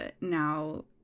now